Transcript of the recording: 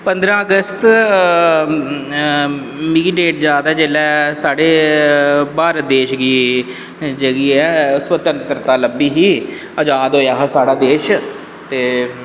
पंद्रहां अगस्त मिगी डेट याद ऐ जेल्लै साढ़े भारत देश गी जेह्की ऐ स्वतंत्रता लब्भी ही आजाद होआ हा साढ़ा देश ते